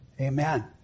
Amen